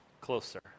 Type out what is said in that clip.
closer